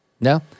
No